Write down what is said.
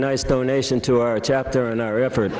nice donation to our chapter on our effort